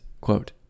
quote